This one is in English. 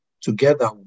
together